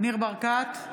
ניר ברקת,